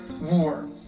war